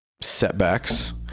setbacks